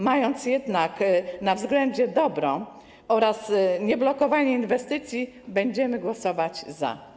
Mając jednak na względzie dobro oraz nieblokowanie inwestycji, będziemy głosować za.